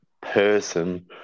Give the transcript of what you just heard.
person